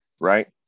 right